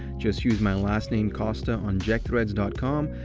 just use my last name, costa on jackthreads com.